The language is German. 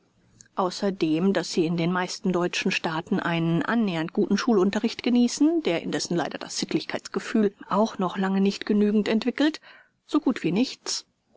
außerdem daß sie in den meisten deutschen staaten einen annähernd guten schulunterricht genießen der indessen leider das sittlichkeitsgefühl auch noch lange nicht genügend entwickelt so gut wie nichts